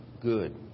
good